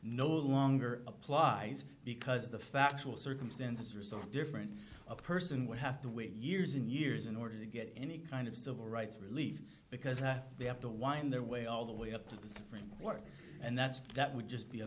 no longer applies because the factual circumstances resort different a person would have to wait years and years in order to get any kind of civil rights relief because they have to wind their way all the way up to the supreme court and that's that would just be a